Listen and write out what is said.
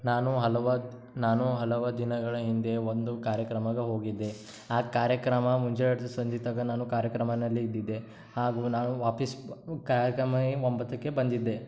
ನಾನು ಹಲವು ನಾನು ಹಲವು ದಿನಗಳ ಹಿಂದೆ ಒಂದು ಕಾರ್ಯಕ್ರಮಕ ಹೋಗಿದ್ದೆ ಆ ಕಾರ್ಯಕ್ರಮ ಮುಂಜಾನಿಡ್ದು ಸಂಜೆ ತನಕ ನಾನು ಕಾರ್ಯಕ್ರಮದಲ್ಲಿ ಇದ್ದಿದ್ದೆ ಹಾಗೂ ನಾವು ವಾಪಸ್ ಕಾಯಕ್ರಮಕ್ಕೆ ಒಂಬತ್ತಕ್ಕೆ ಬಂದಿದ್ದೆ